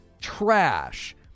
Trash